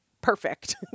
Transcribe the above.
perfect